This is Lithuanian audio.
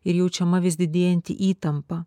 ir jaučiama vis didėjanti įtampa